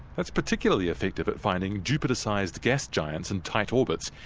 that's particularly effective at finding jupiter-sized gas giants in tight orbits,